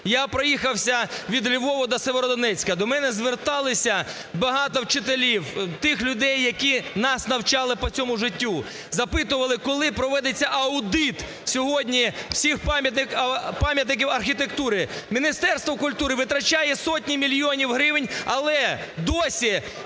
Я проїхався від Львова до Сєвєродонецьку, до мене зверталися багато вчителів, тих людей, які нас навчали по цьому життю, запитували, коли проводиться аудит сьогодні всіх пам'ятників архітектури. Міністерство культури витрачає сотні мільйонів гривень, але досі